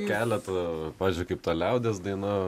keletą pavyzdžiui kaip ta liaudies daina